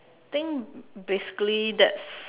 think basically that's